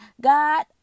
God